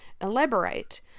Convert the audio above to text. elaborate